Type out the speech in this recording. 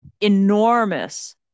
Enormous